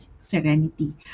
serenity